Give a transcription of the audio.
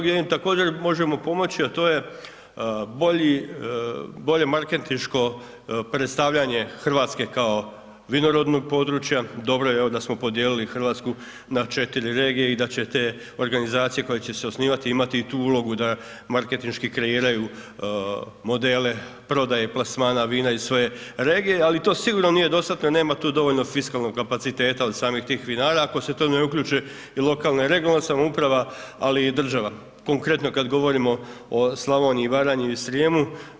I ono gdje im također možemo pomoći, a to je bolji, bolje marketinško predstavljanje Hrvatske kao vinorodnog područja, dobro je evo da smo podijelili Hrvatsku na četiri regije i da će te organizacije koje će se osnivati imati i tu ulogu da marketinški kreiraju modele prodaje i plasmana vina iz svoje regije, ali to sigurno nije dostatno jer nema tu dovoljno fiskalnog kapaciteta od samih tih vinara ako se tu ne uključe i lokalne, i regionalne samouprava, ali i država, konkretno kad govorimo o Slavoniji i Baranji, i Srijemu.